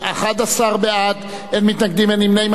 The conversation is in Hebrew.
11 בעד, אין מתנגדים, אין נמנעים.